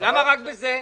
למה רק בזה?